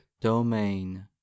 domain